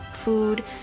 food